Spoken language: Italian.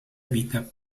vite